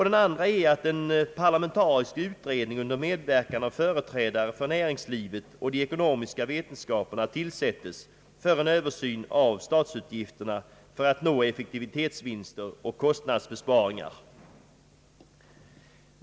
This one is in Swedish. Den andra är att en parlamentarisk utredning, under medverkan av företrädare för näringslivet och de ekonomiska vetenskaperna, tillsättes för en översyn av statsutgifterna för att nå effektivitetsvinster och kostnadsbesparingar.